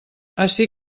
ací